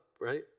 right